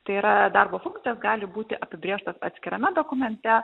tai yra darbo funkcijos gali būti apibrėžtos atskirame dokumente